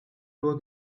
nur